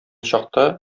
чакта